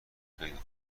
خیلی